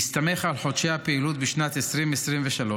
בהסתמך על חודשי הפעילות בשנת 2023,